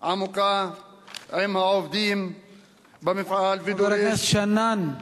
עמוקה עם העובדים במפעל ודורש, חבר הכנסת שנאן.